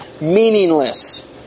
meaningless